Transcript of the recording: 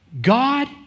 God